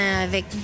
avec